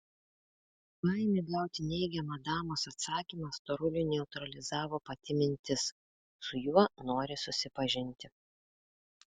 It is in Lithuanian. baimė gauti neigiamą damos atsakymą storuliui neutralizavo pati mintis su juo nori susipažinti